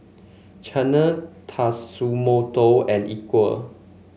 Chanel Tatsumoto and Equal